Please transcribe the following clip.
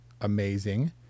amazing